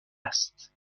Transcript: است